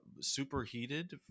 superheated